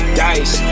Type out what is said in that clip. dice